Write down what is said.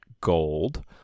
gold